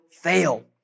fail